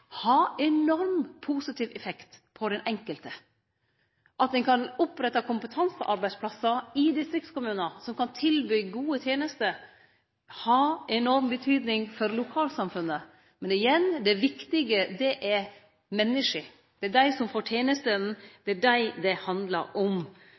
enorm positiv effekt for den enkelte. At ein kan opprette kompetansearbeidsplassar i distriktskommunar som kan tilby gode tenester, har enorm betyding for lokalsamfunna, men igjen: Det viktige er menneska, dei som får tenestene, det er dei det handlar om.